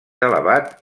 elevat